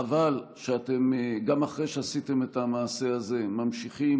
חבל שגם אחרי שעשיתם את המעשה הזה אתם ממשיכים